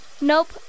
Nope